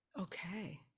Okay